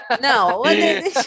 No